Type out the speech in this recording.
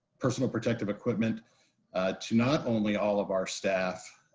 personal protective equipment to not only all of our staff,